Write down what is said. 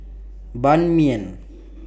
Ban Mian